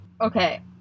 Okay